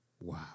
Wow